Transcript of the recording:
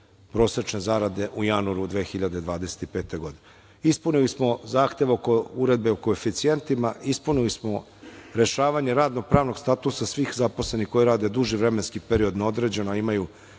prosečne zarade u januaru 2025. godine. Ispunili smo zahtev Uredbe o koeficijentima. Ispunili smo rešavanje radno-pravnog statusa svih zaposlenih koji rade duži vremenski period na određeno, a imaju